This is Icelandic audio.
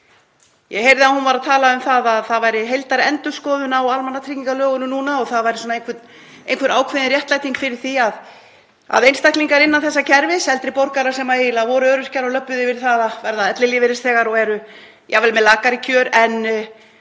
Ég heyrði að hún talaði um að heildarendurskoðun væri á almannatryggingalögunum núna og það væri svona einhver réttlæting fyrir því að einstaklingar innan þessa kerfis, eldri borgarar sem voru öryrkjar og löbbuðu yfir í það að verða ellilífeyrisþegar og eru jafnvel með lakari kjör en